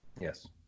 Yes